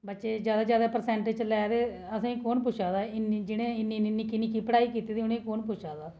बच्चे जादै जादै परसेंट लैदे असें कु'न पुच्छा दा जि'नें निक्की निक्की पढ़ाई कीती दी उ'नें ई कु'न पुच्छा दा